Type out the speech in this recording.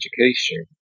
education